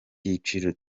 cyiciro